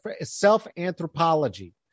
self-anthropology